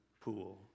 pool